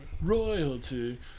Royalty